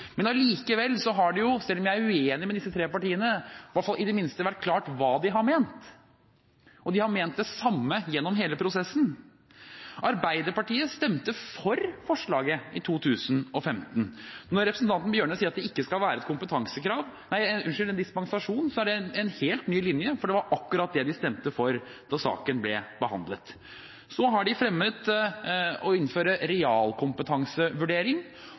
Men selv om jeg er uenig med disse tre partiene, har det i det minste vært klart hva de har ment, og de har ment det samme gjennom hele prosessen. Arbeiderpartiet stemte for forslaget i 2015. Når representanten Bjørnø sier at det ikke skal være dispensasjon, er det en helt ny linje, for det var akkurat det de stemte for da saken ble behandlet. Så har de fremmet å innføre realkompetansevurdering,